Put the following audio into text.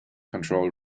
control